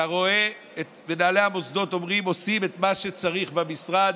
אתה רואה את מנהלי המוסדות אומרים: עושים את מה שצריך במשרד,